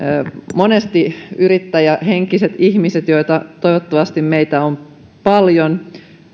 monesti me yrittäjähenkiset ihmiset joita toivottavasti on